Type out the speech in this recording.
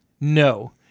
No